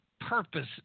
purpose